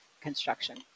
construction